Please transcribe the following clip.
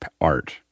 art